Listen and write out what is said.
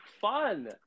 fun